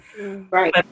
Right